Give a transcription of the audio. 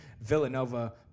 Villanova